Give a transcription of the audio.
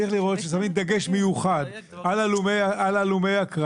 צריך לראות ששמים דגש מיוחד על הלומי הקרב,